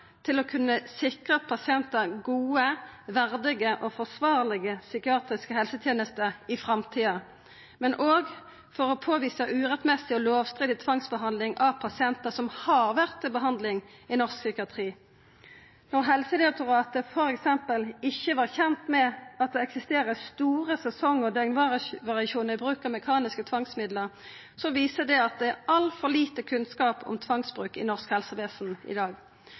til å kunna sikra pasientane gode, verdige og forsvarlege psykiatriske helsetenester i framtida, men òg for å påvisa urettkomen og lovstridig tvangsbehandling av pasientar som har vore til behandling i norsk psykiatri. Når Helsedirektoratet ikkje var kjent med f.eks. at det eksisterer store sesong- og døgnvariasjonar i bruken av mekaniske tvangsmiddel, viser det at det er altfor lite kunnskap om tvangsbruk i norsk helsevesen i dag.